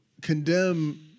condemn